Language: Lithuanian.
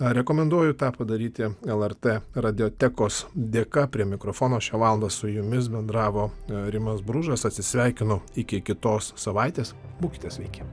rekomenduoju tą padarytilrt radiotekos dėka prie mikrofono šią valandą su jumis bendravo rimas bružas atsisveikinu iki kitos savaitės būkite sveiki